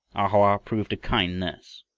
a hoa proved a kind nurse.